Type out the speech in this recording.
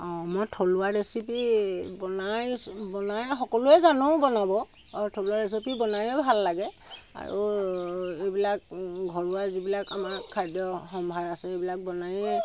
অঁ মই থলুৱা ৰেচিপি বনাইছোঁ বনাই সকলোৱে জানো বনাব আৰু থলুৱা ৰেচিপি বনায়ো ভাল লাগে আৰু এইবিলাক ঘৰুৱা যিবিলাক আমাৰ খাদ্য সম্ভাৰ আছে এইবিলাক বনায়েই